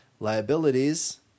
Liabilities